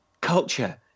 culture